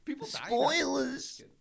Spoilers